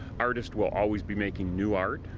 artists will always be making new art.